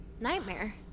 Nightmare